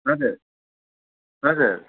हजुर हजुर